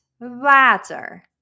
water